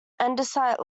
andesite